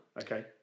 Okay